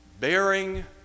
bearing